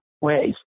ways